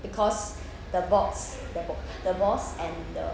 because the box the bo~ the boss and the